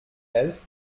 elf